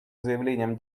заявлениям